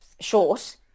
short